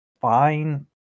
fine